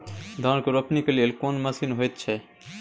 धान के रोपनी के लेल कोन मसीन होयत छै?